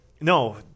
no